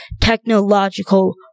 technological